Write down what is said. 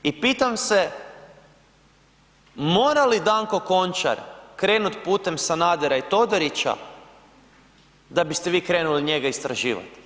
I pitam se mora li Danko Končar krenut putem Sanadera i Todorića da biste vi krenuli njega istraživat?